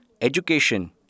education